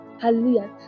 Hallelujah